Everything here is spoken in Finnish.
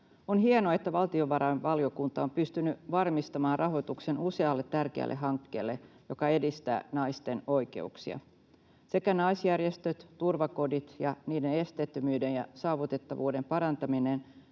On hienoa, että valtiovarainvaliokunta on pystynyt varmistamaan rahoituksen usealle tärkeälle hankkeelle, jotka edistävät naisten oikeuksia. Sekä naisjärjestöt että turvakodit ja niiden esteettömyyden ja saavutettavuuden parantaminen